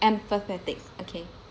empathetic okay